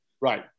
Right